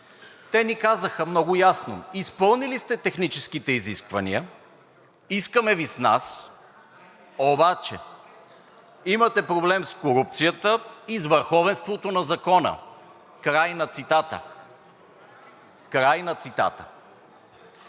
Те ни казаха много ясно: „Изпълнили сте техническите изисквания, искаме Ви с нас, обаче имате проблем с корупцията и с върховенството на закона“ – край на цитата.